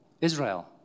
Israel